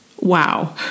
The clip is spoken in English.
Wow